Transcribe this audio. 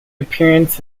appearance